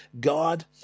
God